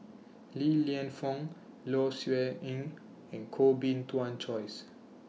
Li Lienfung Low Siew Nghee and Koh Bee Tuan Joyce